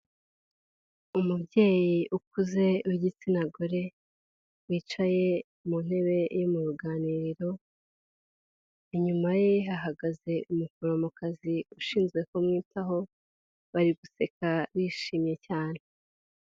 Umubyeyi ukuze w'igitsina gore, wicaye mu ntebe yo mu ruganiriro, inyuma ye hahagaze umuforomokazi ushinzwe kumwitaho, bari guseka bishimye cyane.